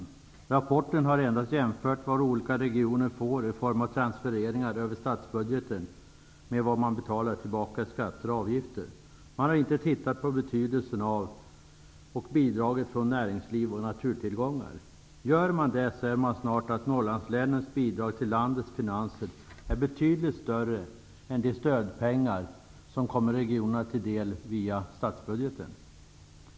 I rapporten jämförs endast vad olika regioner får i form av transfereringar över statsbudgeten med vad invånarna betalar tillbaka i skatter och avgifter. Man har inte tittat på betydelsen av och bidraget från näringsliv och naturtillgångar. Gör man det, ser man snart att Norrlandslänens bidrag till landets finanser är betydligt större än de stödpengar som kommer regionen till del via statsbudgeten.